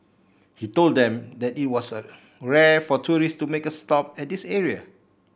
he told them that it was rare for tourists to make a stop at this area